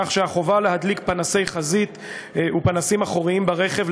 כך שהחובה להדליק פנסי חזית ופנסים אחוריים ברכב,